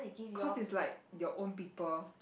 cause is like your own people